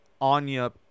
anya